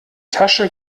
tasche